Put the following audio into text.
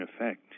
effect